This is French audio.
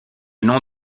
nom